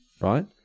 right